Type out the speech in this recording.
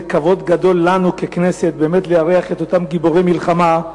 זה כבוד גדול לנו ככנסת לארח את אותם גיבורי מלחמה,